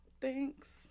Thanks